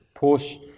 Porsche